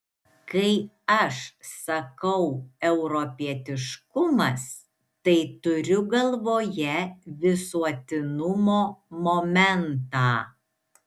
kai aš sakau europietiškumas tai turiu galvoje visuotinumo momentą